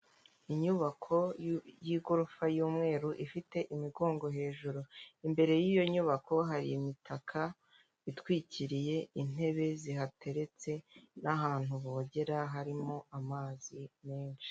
Inyubako y'igorofa y'umweru ifite imigongo hejuru. Imbere y'iyo nyubako hari imitaka itwikiriye intebe zihateretse, n'ahantu bogera harimo amazi menshi.